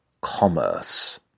commerce